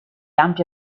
ampia